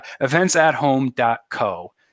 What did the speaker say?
eventsathome.co